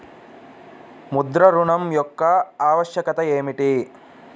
ముద్ర ఋణం యొక్క ఆవశ్యకత ఏమిటీ?